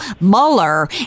Mueller